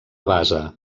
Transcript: base